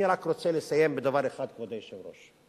אני רק רוצה לסיים בדבר אחד, כבוד היושב-ראש.